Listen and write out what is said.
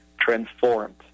transformed